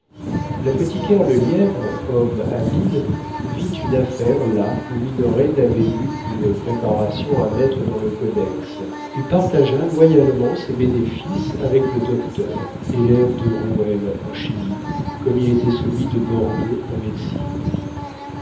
l'apothicaire lelièvre homme habile vit une affaire là où minoret n'avait vu qu'une préparation à mettre dans le codex et partagea loyalement ses bénéfices avec le docteur élève de rouelle en chimie comme il était celui de bordeu en médecine